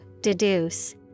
deduce